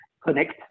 connect